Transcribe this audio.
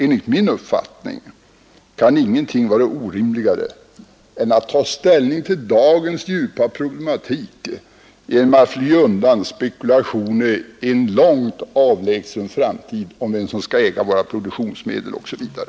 Enligt min uppfattning kan ingenting vara orimligare än att ta ställning till dagens djupa problematik genom att fly undan med spekulationer om vem som i en långt avlägsen framtid skall äga våra produktionsmedel osv.